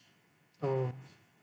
oh